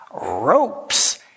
ropes